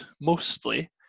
mostly